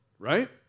Right